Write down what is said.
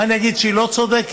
מה, אני אגיד שהיא לא צודקת?